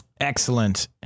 Excellent